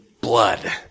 blood